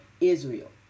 Israel